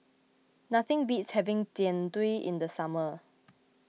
nothing beats having Jian Dui in the summer